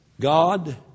God